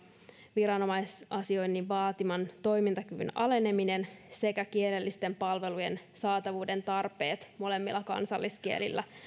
viranomaisasioinnin vaatiman toimintakyvyn aleneminen sekä kielellisten palvelujen saatavuuden tarpeet molemmilla kansalliskielillä